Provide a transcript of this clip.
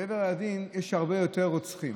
בעבר הירדן יש הרבה יותר רוצחים.